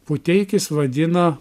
puteikis vadina